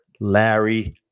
Larry